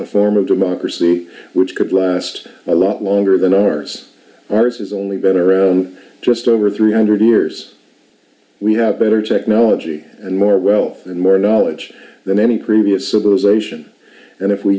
a form of democracy which could last a lot longer than ours ours has only been around just over three hundred years we have better technology and more wealth and more knowledge than any previous civilization and if we